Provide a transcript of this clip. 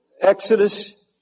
Exodus